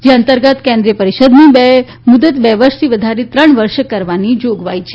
જે અંતર્ગત કેન્દ્રીય પરિષદની બે વર્ષથી વધારી ત્રણ વર્ષ કરવાની જોગવાઈ છે